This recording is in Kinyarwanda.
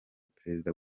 perezida